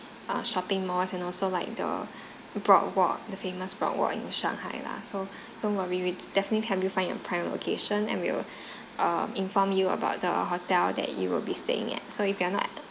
uh shopping malls and also like the broad walk the famous broad walk in shanghai lah so don't worry we definitely help you find a prime location and we will um inform you about the hotel that you will be staying at so if you are not